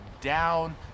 down